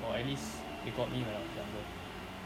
or at least it got me when I was younger